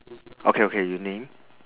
okay okay you name